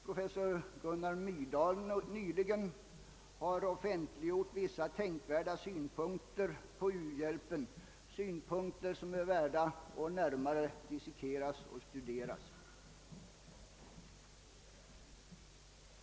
Professor Gunnar Myrdal har nyligen offentliggjort vissa tänkvärda synpunkter på u-hjälpen vilka är värda att närmare dissekeras och studeras.